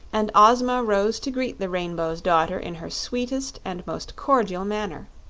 and ozma rose to greet the rainbow's daughter in her sweetest and most cordial manner.